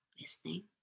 listening